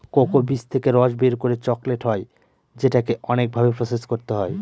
cocoa বীজ থেকে রস বের করে চকলেট হয় যেটাকে অনেক ভাবে প্রসেস করতে হয়